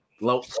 low